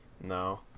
No